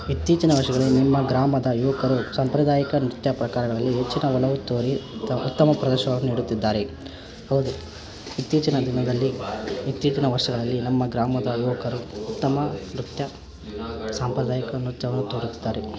ಇತ್ತೀಚಿನ ವರ್ಷಗಳಲ್ಲಿ ನಿಮ್ಮ ಗ್ರಾಮದ ಯುವಕರು ಸಾಂಪ್ರದಾಯಿಕ ನೃತ್ಯ ಪ್ರಕಾರಗಳಲ್ಲಿ ಹೆಚ್ಚಿನ ಒಲವು ತೋರಿ ತ ಉತ್ತಮ ಪ್ರದರ್ಶನವನ್ನು ನೀಡುತ್ತಿದ್ದಾರೆ ಹೌದು ಇತ್ತೀಚಿನ ದಿನದಲ್ಲಿ ಇತ್ತೀಚಿನ ವರ್ಷಗಳಲ್ಲಿ ನಮ್ಮ ಗ್ರಾಮದ ಯುವಕರು ಉತ್ತಮ ನೃತ್ಯ ಸಾಂಪ್ರದಾಯಿಕ ನೃತ್ಯವನ್ನು ತೋರುತ್ತಾರೆ